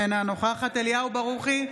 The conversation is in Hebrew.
אינה נוכחת אליהו ברוכי,